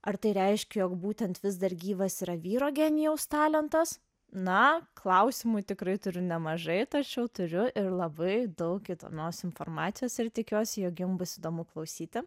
ar tai reiškia jog būtent vis dar gyvas yra vyro genijaus talentas na klausimų tikrai turiu nemažai tačiau turiu ir labai daug įdomios informacijos ir tikiuosi jog jum bus įdomu klausyti